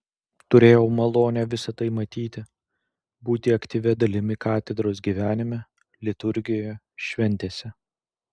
turėjau malonę visa tai matyti būti aktyvia dalimi katedros gyvenime liturgijoje šventėse